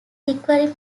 requiring